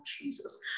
Jesus